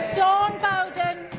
dawn bowden